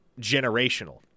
Generational